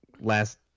last